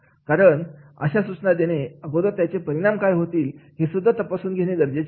कारण अशा सूचना देणे अगोदर त्याचे परिणाम काय होतील हे सुद्धा तपासून घेणे गरजेचे आहे